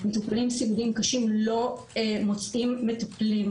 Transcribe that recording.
מטופלים סיעודיים קשים לא מוצאים מטפלים,